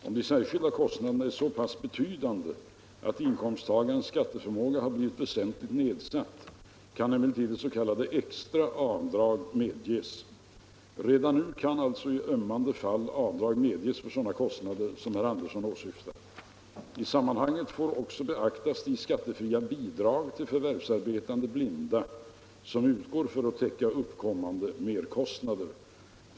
Om de särskilda kostnaderna är så pass betydande att inkomsttagarens skatteförmåga har blivit väsentligt nedsatt kan emellertid ett s.k. extra avdrag medges. Redan nu kan alltså i ömmande fall avdrag medges för sådana kostnader som herr Andersson åsyftar. I sammanhanget får också beaktas de skattefria bidrag till förvärvsarbetande blinda som utgår för att täcka uppkommande merkostnader.